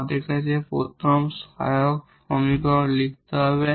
আমাদের প্রথমে অক্সিলিয়ারি সমীকরণ লিখতে হবে